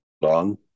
long